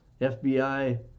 FBI